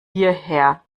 hierher